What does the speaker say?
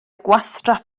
gwastraff